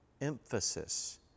emphasis